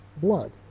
blood